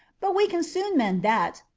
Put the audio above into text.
but we can soon mend that.